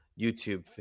YouTube